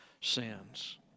sins